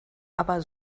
aber